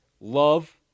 love